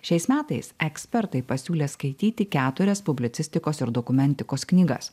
šiais metais ekspertai pasiūlė skaityti keturias publicistikos ir dokumentikos knygas